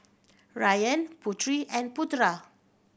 Ryan Putri and Putera